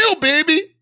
baby